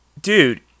dude